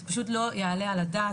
זה פשוט לא יעלה על הדעת,